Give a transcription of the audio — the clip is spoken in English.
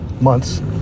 months